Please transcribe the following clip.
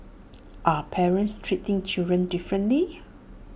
are parents treating children differently